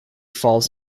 falls